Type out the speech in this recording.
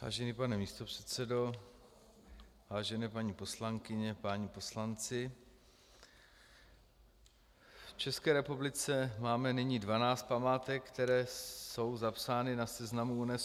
Vážený pane místopředsedo, vážené paní poslankyně, páni poslanci, v České republice máme nyní dvanáct památek, které jsou zapsány na seznamu UNESCO.